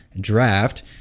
draft